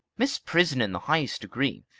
misprision in the highest degree!